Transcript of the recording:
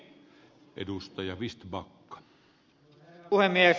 arvoisa herra puhemies